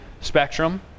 Spectrum